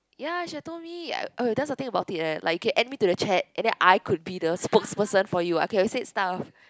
ya should've told me uh oh that's the thing about it eh like okay add me to the chat and then I could be the spokesperson for you I can always say stuff